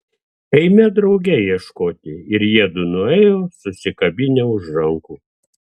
eime drauge ieškoti ir jiedu nuėjo susikabinę už rankų